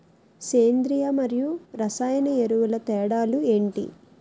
సేంద్రీయ మరియు రసాయన ఎరువుల తేడా లు ఏంటి?